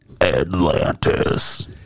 Atlantis